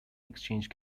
exchange